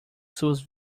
suas